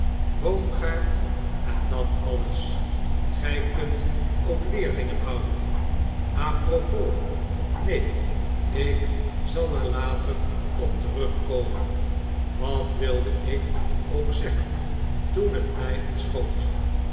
boomgaard en dat alles gij kunt ook leerlingen houden a propos neen ik zal er later op terugkomen wat wilde ik ook zeggen toenhetmij ontschoot mevrouw